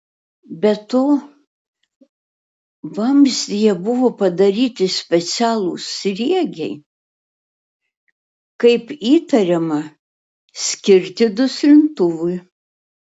be to vamzdyje buvo padaryti specialūs sriegiai kaip įtariama skirti duslintuvui